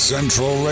Central